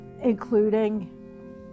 including